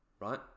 right